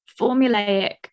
formulaic